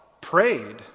prayed